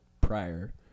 prior